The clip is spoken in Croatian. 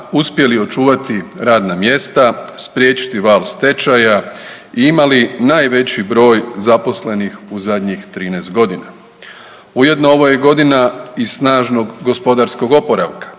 uspjeli očuvati radna mjesta, spriječiti val stečaja i imali najveći broj zaposlenih u zadnjih 13 godina. Ujedno ovo je i godina i snažnog gospodarskog oporavka,